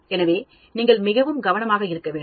எனவே நீங்கள் மிகவும் கவனமாக இருக்க வேண்டும்